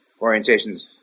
orientations